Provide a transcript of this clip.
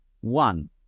one